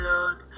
Lord